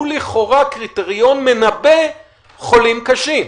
הוא לכאורה קריטריון מנבא חולים קשים.